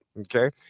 Okay